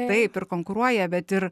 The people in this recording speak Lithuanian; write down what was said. taip ir konkuruoja bet ir